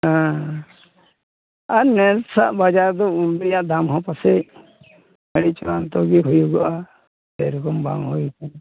ᱦᱮᱸ ᱟᱨ ᱱᱮᱥᱟᱜ ᱵᱟᱡᱟᱨ ᱫᱚ ᱩᱞ ᱨᱮᱭᱟᱜ ᱫᱟᱢ ᱦᱚᱸ ᱯᱟᱥᱮᱡ ᱟᱹᱰᱤ ᱪᱚᱲᱟᱱᱛᱚ ᱜᱮ ᱦᱩᱭᱩᱜᱚᱜᱼᱟ ᱥᱮᱨᱚᱠᱚᱢ ᱵᱟᱝ ᱦᱩᱭᱟᱠᱟᱱᱟ